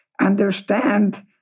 understand